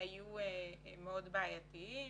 היו מאוד בעייתיים,